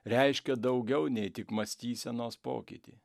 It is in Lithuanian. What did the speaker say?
reiškia daugiau nei tik mąstysenos pokytį